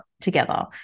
together